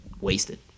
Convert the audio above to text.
wasted